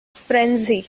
frenzy